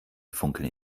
funkeln